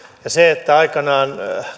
se että aikanaan